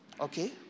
okay